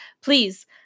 please